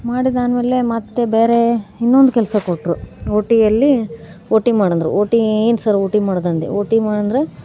ಮಾಡಿದ್ದಾದ್ಮೇಲೆ ಮತ್ತೆ ಬೇರೆ ಇನ್ನೊಂದು ಕೆಲಸ ಕೊಟ್ಟರು ಒಟಿಯಲ್ಲಿ ಒ ಟಿ ಮಾಡೆಂದರು ಒ ಟಿ ಏನು ಸರ್ ಒ ಟಿ ಮಾಡೋದು ಅಂದೆ ಒ ಟಿ ಮಾಡೆಂದರೆ